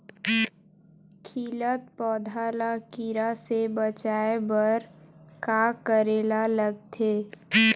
खिलत पौधा ल कीरा से बचाय बर का करेला लगथे?